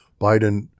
Biden